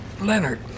Leonard